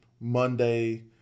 Monday